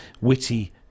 witty